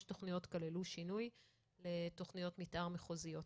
תכניות כללו שינוי בתכניות מתאר מחוזיות.